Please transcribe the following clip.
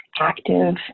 active